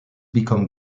become